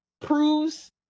proves